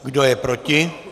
Kdo je proti?